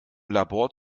labor